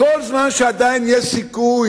כל זמן שעדיין יש סיכוי